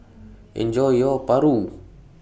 Enjoy your Paru